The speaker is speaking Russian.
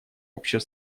общего